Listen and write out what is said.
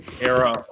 era